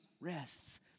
rests